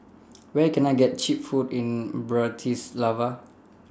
Where Can I get Cheap Food in Bratislava